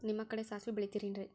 ನಿಮ್ಮ ಕಡೆ ಸಾಸ್ವಿ ಬೆಳಿತಿರೆನ್ರಿ?